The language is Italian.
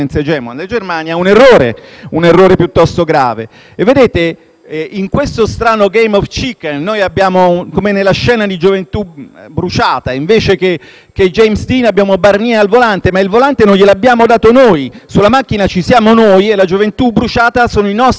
In questo strano *game of chicken,* come nella scena del film «Gioventù bruciata», invece che James Dean abbiamo Barnier al volante, ma non glielo abbiamo dato noi; sulla macchina ci siamo noi e la gioventù bruciata sono i nostri figli, il cui futuro è messo a rischio da questo modo spregiudicato